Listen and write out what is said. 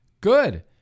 good